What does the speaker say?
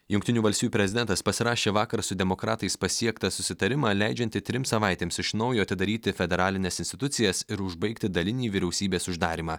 jungtinių valstijų prezidentas pasirašė vakar su demokratais pasiektą susitarimą leidžiantį trims savaitėms iš naujo atidaryti federalines institucijas ir užbaigti dalinį vyriausybės uždarymą